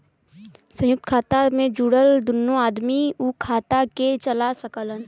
संयुक्त खाता मे जुड़ल दुन्नो आदमी उ खाता के चला सकलन